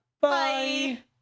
Bye